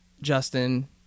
Justin